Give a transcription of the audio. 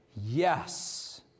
yes